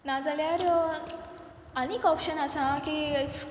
नाजाल्यार आनीक ऑप्शन आसा की ईफ